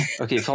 Okay